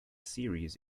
series